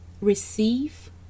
Receive